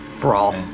Brawl